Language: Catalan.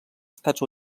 estats